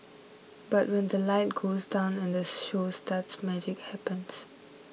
but when the light goes down and this show starts magic happens